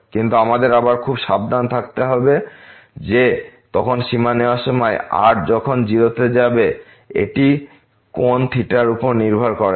কিন্তু আমাদের আবার খুব সাবধান থাকতে হবে যে তখন সীমা নেওয়ার সময় r যখন 0 তে যাবে এটি কোণ থিটার উপর নির্ভর করবে না